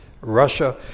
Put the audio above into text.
Russia